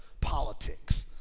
politics